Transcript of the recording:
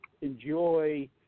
enjoy